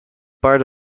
part